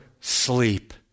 sleep